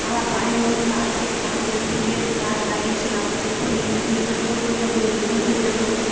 আমার বাড়ির মধ্যে আছে ঠাকুরের ফুলের গাছ লাগিয়ে ছিলাম সেই ফুল দিয়ে ঠাকুর পুজো করি প্রতিনিয়ত